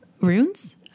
runes